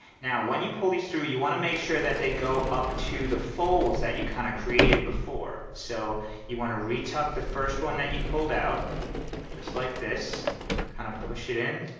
now, when you pull these through you want to make sure that they go up to the folds that you kind of created before. so you want to reach up the first one that you pulled out just like this kind of push it in.